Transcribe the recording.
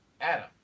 Adam